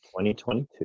2022